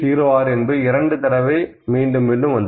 06 என்பது 2 தடவை மீண்டும் 2